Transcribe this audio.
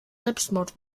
selbstmord